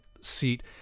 seat